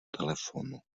telefonu